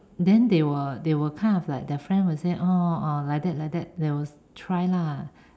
then they will they will kind of like the friend will say like that like they will try lah